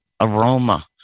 aroma